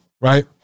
right